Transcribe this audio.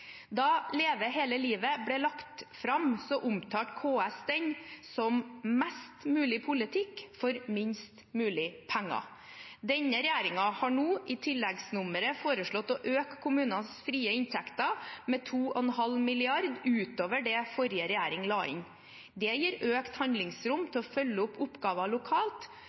Da Leve hele livet ble lagt fram, omtalte KS den som «Mest mulig politikk for minst mulig penger». Denne regjeringen har nå, i tilleggsnummeret, foreslått å øke kommunenes frie inntekter med 2,5 mrd. kr utover det forrige regjering la inn. Det gir økt handlingsrom til å følge opp oppgaver lokalt.